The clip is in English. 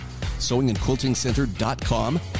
sewingandquiltingcenter.com